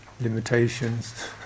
limitations